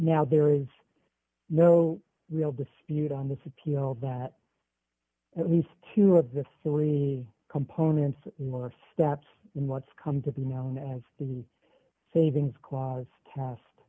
now there is no real dispute on this appeal that at least two of the philly components are steps in what's come to be known as the savings clause test